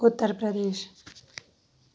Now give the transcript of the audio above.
Uttar Pradesh